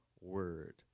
word